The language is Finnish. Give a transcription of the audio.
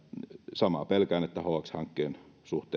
samaa pelkään että hx hankkeen suhteen